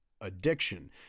addiction